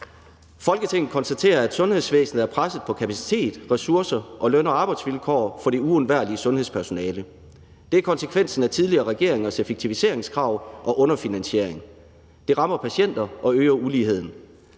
»Folketinget konstaterer, at sundhedsvæsenet er presset på kapacitet, ressourcer og løn og arbejdsvilkår for det uundværlige sundhedspersonale. Det er konsekvensen af tidligere regeringers effektiviseringskrav og underfinansiering. Det rammer patienter og øger uligheden.